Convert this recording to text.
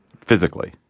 Physically